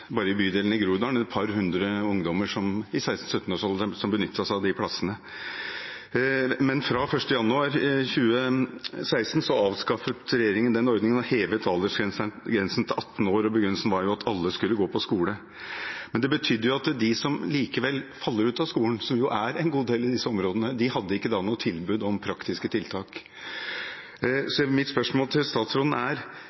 av disse plassene. Fra 1. januar 2016 avskaffet regjeringen den ordningen og hevet aldersgrensen til 18 år, og begrunnelsen var at alle skulle gå på skole. Men det betydde jo at de som likevel falt ut av skolen, som jo er en god del i disse områdene, ikke hadde noe tilbud om praktiske tiltak.